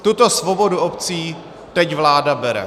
Tuto svobodu obcím teď vláda bere.